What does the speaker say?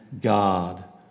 God